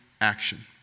action